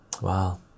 wow